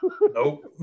Nope